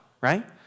right